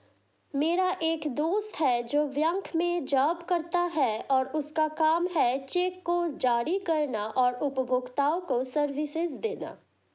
मेरा एक दोस्त है जो बैंक में जॉब करता है और उसका काम है चेक को जारी करना और उपभोक्ताओं को सर्विसेज देना